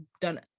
done